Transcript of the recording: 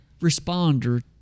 responder